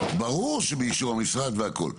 ברור שבאישור המשרד והכול.